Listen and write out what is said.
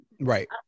right